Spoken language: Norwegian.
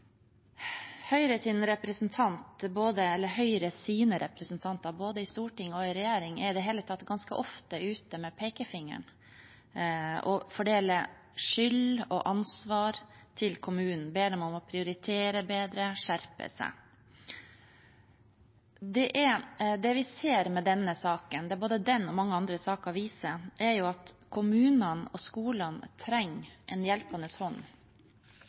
representanter i både Stortinget og regjeringen er i det hele tatt ganske ofte ute med pekefingeren og fordeler skyld og ansvar til kommunen – ber dem om å prioritere bedre og skjerpe seg. Det vi ser i denne saken, og som både denne og andre saker viser, er at kommunene og skolene trenger en hjelpende hånd